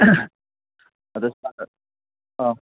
ꯑꯗꯨ ꯁꯥꯔ